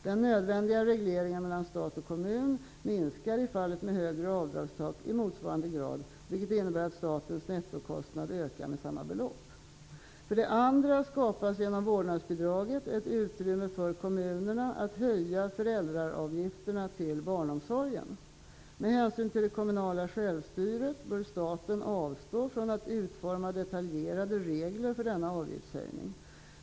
Den nödvändiga regleringen mellan stat och kommun minskar i fallet med högre avdragstak i motsvarande grad, vilket innebär att statens nettokostnad ökar med samma belopp. För det andra skapas genom vårdnadsbidraget ett utrymme för kommunerna att höja föräldraavgifterna till barnomsorgen. Med hänsyn till det kommunala självstyret bör staten avstå från att utforma detaljerade regler för denna avgiftshöjning.